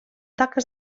taques